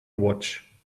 watch